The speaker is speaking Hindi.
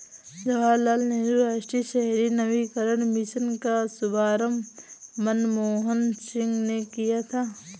जवाहर लाल नेहरू राष्ट्रीय शहरी नवीकरण मिशन का शुभारम्भ मनमोहन सिंह ने किया था